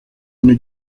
une